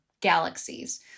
galaxies